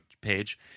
page